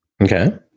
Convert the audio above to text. Okay